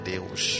Deus